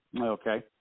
Okay